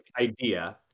idea